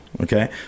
Okay